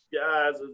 guys